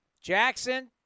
Jackson